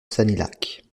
sanilhac